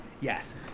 Yes